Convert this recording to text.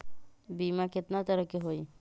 बीमा केतना तरह के होइ?